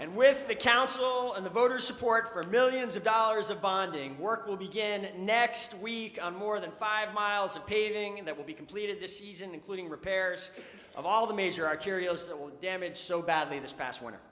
and with the council and the voter support for millions of dollars of bonding work will begin next week on more than five miles of paving that will be completed this season including repairs of all the major arterials that will damage so badly this past winter